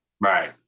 Right